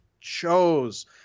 chose